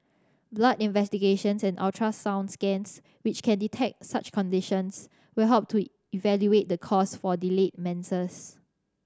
blood investigations and ultrasound scans which can detect such conditions will help to evaluate the cause for delayed menses